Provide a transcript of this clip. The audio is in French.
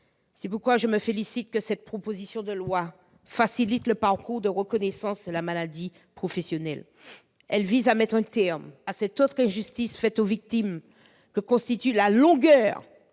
C'est pourquoi je me réjouis que cette proposition de loi facilite le parcours de reconnaissance de la maladie professionnelle. Ce texte vise à mettre un terme à cette autre injustice faite aux victimes que constituent la longueur